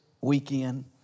weekend